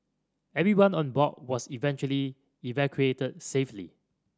everyone on board was eventually evacuated safely